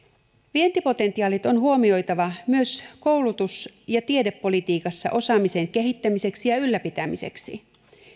vientipotentiaalit on huomioitava myös koulutus ja tiedepolitiikassa osaamisen kehittämiseksi ja ylläpitämiseksi